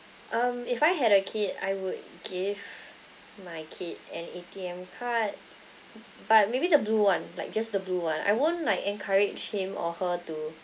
um if I had a kid I would give my kid an A_T_M card but maybe the blue one like just the blue one I won't like encourage him or her to